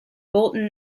bolton